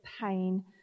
pain